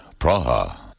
Praha